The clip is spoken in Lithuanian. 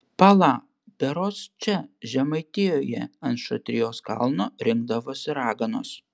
pala berods čia žemaitijoje ant šatrijos kalno rinkdavosi raganos